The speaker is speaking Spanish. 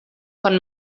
con